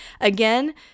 Again